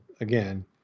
again